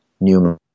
new